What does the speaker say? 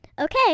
Okay